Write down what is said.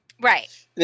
right